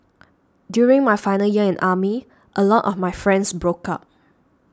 during my final year in army a lot of my friends broke up